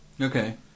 Okay